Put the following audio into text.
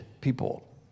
people